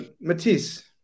Matisse